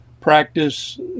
practice